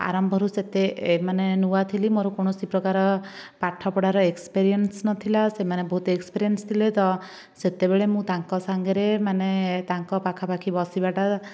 ଆରମ୍ଭରୁ ସେତେ ମାନେ ନୂଆ ଥିଲି ମୋର କୌଣସି ପ୍ରକାର ପାଠପଢ଼ାର ଏକ୍ସପେରିଏନ୍ସ ନଥିଲା ସେମାନେ ବହୁତ ଏକ୍ସପେରିଏନ୍ସ ଥିଲେ ତ ସେତେବେଳେ ମୁଁ ତାଙ୍କ ସାଙ୍ଗରେ ମାନେ ତାଙ୍କ ପାଖାପାଖି ବସିବାଟା